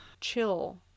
chill